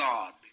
God